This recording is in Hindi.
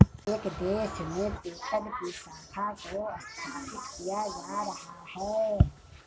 हर एक देश में पेपल की शाखा को स्थापित किया जा रहा है